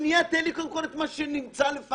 19 עד 22 עם התוספות ושינויים נתקבלו.